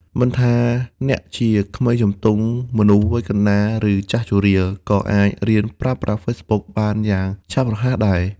មិនថាអ្នកជាក្មេងជំទង់ មនុស្សវ័យកណ្តាល ឬចាស់ជរា ក៏អាចរៀនប្រើប្រាស់ Facebook បានយ៉ាងឆាប់រហ័សដែរ។